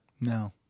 No